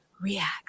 React